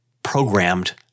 programmed